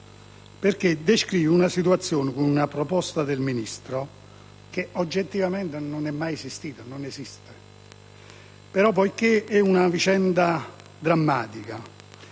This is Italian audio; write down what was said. egli descrive una situazione, con una proposta del Ministro, che oggettivamente non è mai esistita e non esiste. Poiché si tratta di una vicenda drammatica